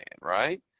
right